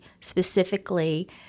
specifically